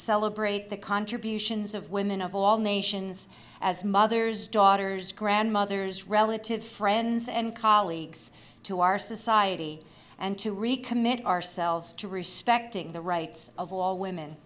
celebrate the contributions of women of all nations as mothers daughters grandmothers relatives friends and colleagues to our society and to recommit ourselves to respecting the rights of all women